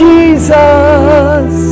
Jesus